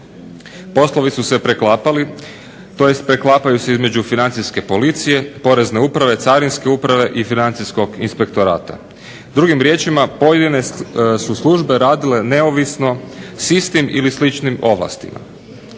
Poslovi su se preklapali tj. preklapaju se između Financijske policije, Porezne uprave, Carinske uprave i Financijskog inspektorata. Drugim riječima, pojedine su službe radile neovisno s istim ili sličnim ovlastima.